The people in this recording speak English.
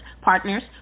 partners